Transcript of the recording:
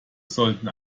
sollten